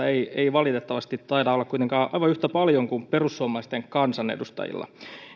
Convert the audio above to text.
ei ei valitettavasti taida olla kuitenkaan aivan yhtä paljon kuin perussuomalaisten kansanedustajilla